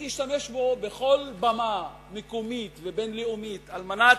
אני אשתמש בו בכל במה מקומית ובין-לאומית על מנת